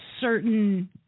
certain